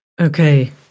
Okay